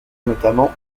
notamment